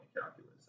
calculus